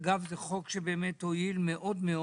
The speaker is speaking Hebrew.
אגב, זהו חוק שבאמת הועיל מאוד,